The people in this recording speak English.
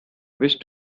wish